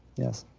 yes.